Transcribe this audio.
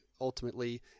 ultimately